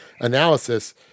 analysis